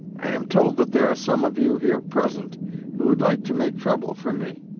i am told that there are some of you here present who would like to make trouble for me.